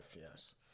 yes